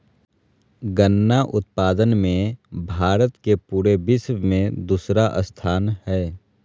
गन्ना उत्पादन मे भारत के पूरे विश्व मे दूसरा स्थान हय